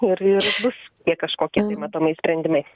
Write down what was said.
ir ir bus tie kažkokie tai matomai sprendimai